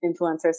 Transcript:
influencers